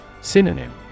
Synonym